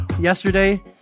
yesterday